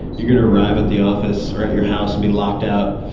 you are going to arrive at the office or at your house and be locked out,